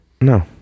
No